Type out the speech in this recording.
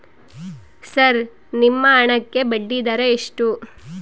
Sir ನಿಮ್ಮ ಹಣಕ್ಕೆ ಬಡ್ಡಿದರ ಎಷ್ಟು?